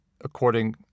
according